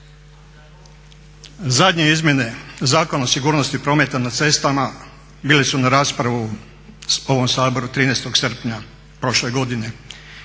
Zadnje izmjene Zakona o sigurnosti prometa na cestama bili su na raspravi u ovom Saboru 13.srpnja prošle godine